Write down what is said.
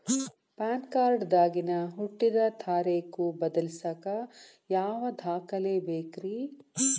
PAN card ದಾಗಿನ ಹುಟ್ಟಿದ ತಾರೇಖು ಬದಲಿಸಾಕ್ ಯಾವ ದಾಖಲೆ ಬೇಕ್ರಿ?